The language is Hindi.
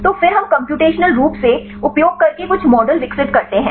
तो फिर हम कम्प्यूटेशनल रूप से उपयोग करके कुछ मॉडल विकसित करते हैं